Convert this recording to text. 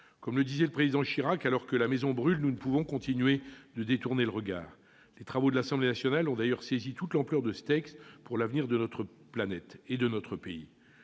», disait le président Chirac. Nous ne pouvons continuer de détourner le regard. Les travaux de l'Assemblée nationale ont saisi toute l'ampleur de ce texte pour l'avenir de notre planète et de notre pays.